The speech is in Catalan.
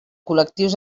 col·lectius